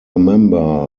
member